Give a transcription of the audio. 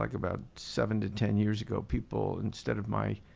like about seven to ten years ago, people instead of my